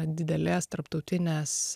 didelės tarptautinės